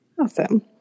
awesome